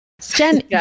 Jen